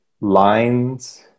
lines